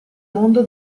mondo